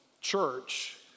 church